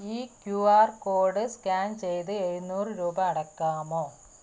ഈ Q R code scan ചെയ്ത് എഴുന്നൂറ് രൂപ അടക്കാമോ